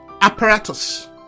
apparatus